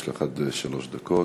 יש לך עד שלוש דקות.